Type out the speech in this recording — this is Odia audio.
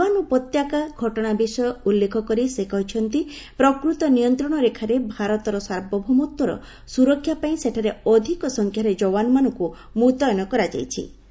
ଗଲୱାନ ଉପତ୍ୟକା ଘଟଣା ବିଷୟ ଉଲ୍ଲେଖ କରି ସେ କହିଛନ୍ତି ପ୍ରକୃତ ନିୟନ୍ତ୍ରଣ ରେଖାରେ ଭାରତର ସାର୍ବଭୌମତ୍ୱର ସୁରକ୍ଷା ପାଇଁ ସେଠାରେ ଅଧିକ ସଂଖ୍ୟାରେ ଜବାନମାନଙ୍କୁ ମୁତ୍ୟନ କରାଯାଇଛି